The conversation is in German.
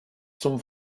zum